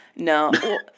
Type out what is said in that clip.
No